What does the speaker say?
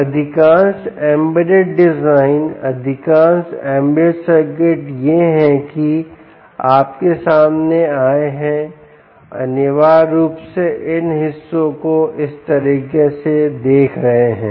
अब अधिकांश embedded design अधिकांश एम्बेडेड सर्किट यह है कि आपके सामने आए है अनिवार्य रूप से इन हिस्सों को इस तरह से देख रहे हैं